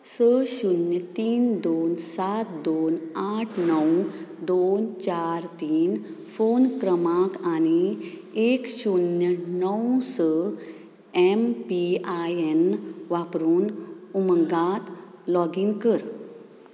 स शुन्य तीन दोन सात दोन आठ णव दोन चार तीन फोन क्रमाक आनी एक शुन्य णव स एम पी आय एन वापरून उमंगात लॉगीन कर